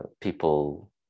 people